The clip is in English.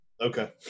Okay